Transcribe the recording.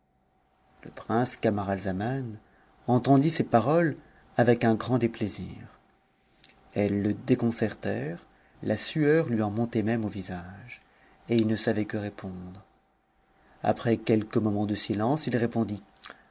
le prince camaralzaman entendit ces paroles avec un grand déplaisir mes le déconcertèrent la sueur lui en montait même au visage et il ne savait que répondre après quelques moments de silence il répondit